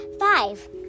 five